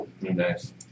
Nice